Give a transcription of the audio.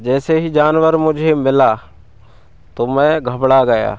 जैसे ही जानवर मुझे मिला तो मैं घबरा गया